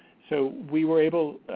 so we were able,